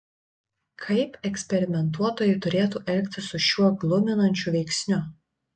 kaip eksperimentuotojai turėtų elgtis su šiuo gluminančiu veiksniu